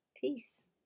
peace